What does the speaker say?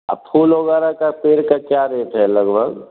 अब फूल वगैरह का पेड़ का क्या रेट है लगभग